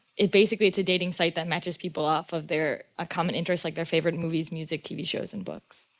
it basically it's a dating site that matches people off of their ah common interests like their favorite movies, music, tv shows and books.